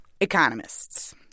Economists